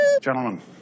Gentlemen